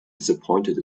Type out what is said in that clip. disappointed